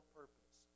purpose